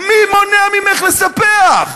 מי מונע ממך לספח?